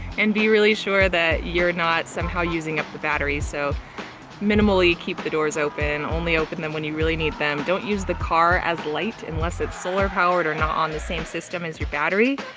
and be really sure that you're not somehow using up the battery. so minimally keep the doors open. only open them when you really need them. don't use the car as light unless it's solar powered or not on the same system as your battery.